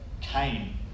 came